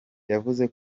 yavuze